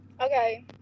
okay